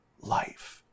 life